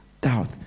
Doubt